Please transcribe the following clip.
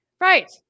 Right